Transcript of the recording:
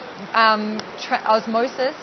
Osmosis